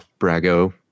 Brago